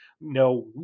No